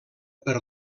per